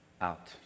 out